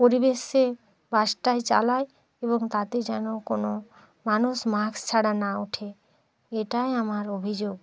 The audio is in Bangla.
পরিবেশে বাসটা চালায় এবং তাতে যেন কোনও মানুষ মাস্ক ছাড়া না ওঠে এটাই আমার অভিযোগ